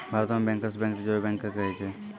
भारतो मे bankers bank reserve bank के कहै छै